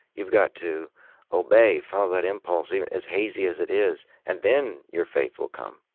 you've got to obey, follow that impulse, even as hazy as it is, and then your faith will come.